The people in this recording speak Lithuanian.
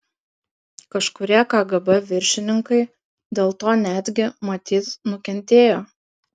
kažkurie kgb viršininkai dėl to netgi matyt nukentėjo